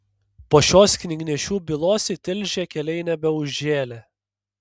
po šios knygnešių bylos į tilžę keliai nebeužžėlė